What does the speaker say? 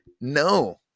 no